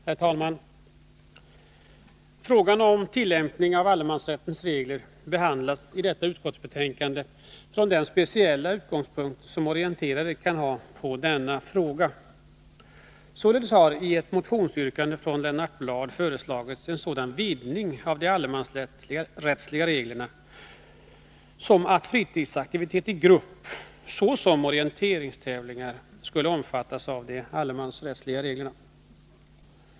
Herr talman! Frågan om tillämpning av allemänsrättens regler behandlas i detta utskottsbetänkande från den speciella utgångspunkt som orienterare kan ha när det gäller denna fråga. Således har Lennart Bladh m.fl. i ett motionsyrkande föreslagit en sådan utvidgning av de allemänsrättsliga reglerna att fritidsaktivitet i grupp, så som orienteringstävlingar, skulle omfattas av de allemansrättsliga reglerna.